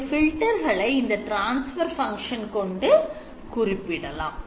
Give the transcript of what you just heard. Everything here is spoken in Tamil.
இந்த fiter களை இந்த transfer fuction கொண்டு குறிப்பிடலாம்